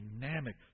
dynamic